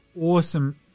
awesome